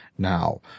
Now